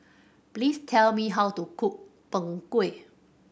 please tell me how to cook Png Kueh